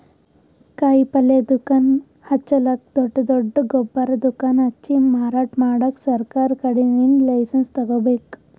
ಕಾಯಿಪಲ್ಯ ದುಕಾನ್ ಹಚ್ಚಲಕ್ಕ್ ದೊಡ್ಡ್ ದೊಡ್ಡ್ ಗೊಬ್ಬರ್ ದುಕಾನ್ ಹಚ್ಚಿ ಮಾರಾಟ್ ಮಾಡಕ್ ಸರಕಾರ್ ಕಡೀನ್ದ್ ಲೈಸನ್ಸ್ ತಗೋಬೇಕ್